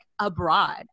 abroad